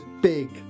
big